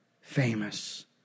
Famous